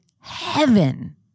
heaven